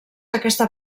aquesta